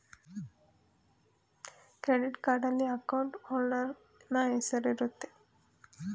credit ಕಾರ್ಡ್ನಲ್ಲಿ account holder ನ ಹೆಸರಿರುತ್ತೆ